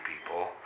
people